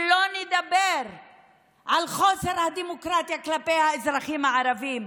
הן רוצות מאיתנו שלא נדבר על חוסר הדמוקרטיה כלפי האזרחים הערבים,